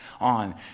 on